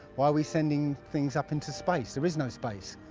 why are we sending things up into space? there is no space,